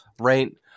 right